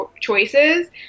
choices